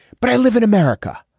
but i live in america.